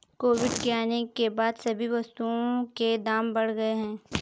Covid के आने के बाद सभी वस्तुओं के दाम बढ़ गए हैं